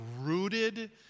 rooted